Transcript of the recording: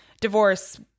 divorce